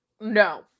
No